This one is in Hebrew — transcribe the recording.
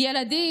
// ילדים,